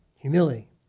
Humility